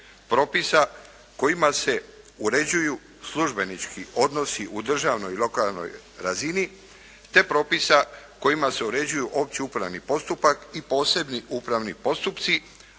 propisa kojima se uređuju službenički odnosi u državnoj i lokalnoj razini, te propisa kojima se uređuju opći upravni postupak i posebni upravni postupci,